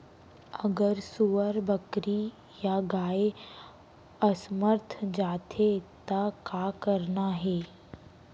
अगर सुअर, बकरी या गाय असमर्थ जाथे ता का करना हे?